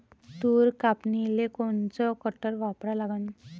तूर कापनीले कोनचं कटर वापरा लागन?